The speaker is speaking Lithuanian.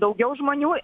daugiau žmonių